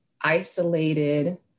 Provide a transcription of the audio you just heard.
isolated